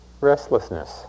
Restlessness